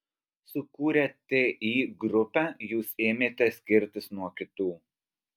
sukūrę ti grupę jūs ėmėte skirtis nuo kitų